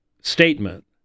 statement